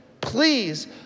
Please